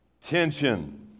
tension